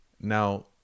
now